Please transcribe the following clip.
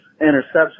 interception